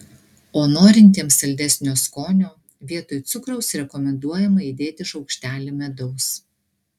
o norintiems saldesnio skonio vietoj cukraus rekomenduojama įdėti šaukštelį medaus